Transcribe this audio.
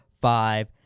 five